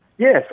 Yes